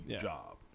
job